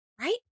right